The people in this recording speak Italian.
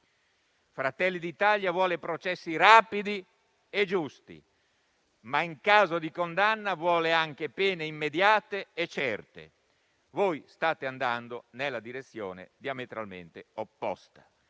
Fratelli d'Italia vuole processi rapidi e giusti, ma, in caso di condanna, vuole anche pene immediate e certe. Voi state andando nella direzione diametralmente opposta,